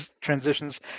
transitions